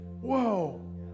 Whoa